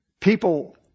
People